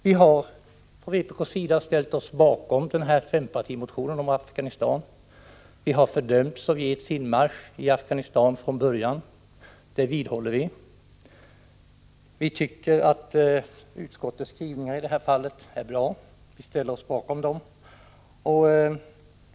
Vi har från vpk ställt oss bakom fempartimotionen om Afghanistan. Vi har fördömt Sovjets inmarsch i Afghanistan från början, och det vidhåller vi. Vi tycker att utskottets skrivning är bra och ställer oss bakom den.